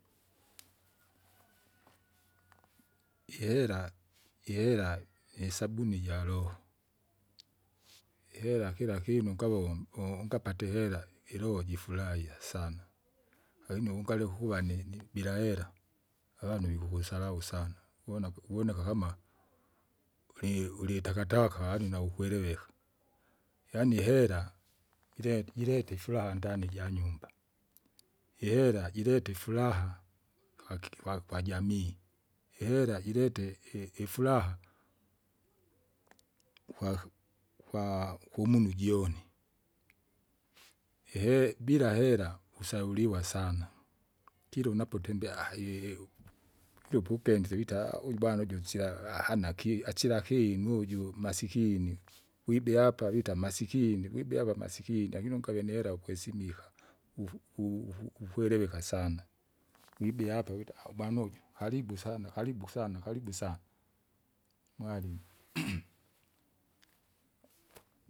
ihera ihera isabuni jaroho, ihera kila kinu ungavo ungapata ihera iroho jifurahiya sana, lakini ungaleka ukuvanini bila hera, avanu wikukusarau sana, uwonaku uvoneka kama ulu- ulitakataka ani naukwereveka. Yaani ihera ilet- ileta ifuraha ndani janyumba, ihera jireta ifuraha, kakiki kwa- kwajamii, ihera jireta i- ifuraha, kwik- kwaakumunu jone, ihe bila hera usauriwa sana, kira unapotembea aaha! ilupu penzile vitaa! aaha uju bwana uju usila ahana kiti asila kinu uju masikini. Kwibea apa wita vita masikini wibea avamasikini lakini ungave nihera ukwesimika. Ufu- u- ufu- uhereweka sana wibea wita aubana uju karibu sana karibu sana karibu sana! mwalimu.